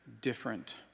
different